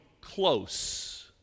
close